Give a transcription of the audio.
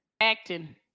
acting